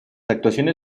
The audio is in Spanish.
actuaciones